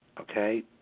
Okay